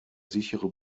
sichere